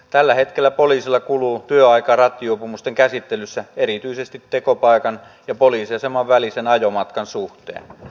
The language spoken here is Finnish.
tällä hetkellä poliisilla kuluu työaikaa rattijuopumusten käsittelyssä erityisesti tekopaikan ja poliisiaseman välisen ajomatkan suhteen